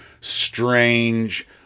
strange